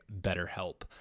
BetterHelp